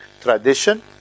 tradition